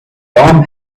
tom